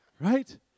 Right